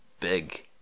big